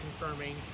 confirming